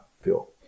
fuel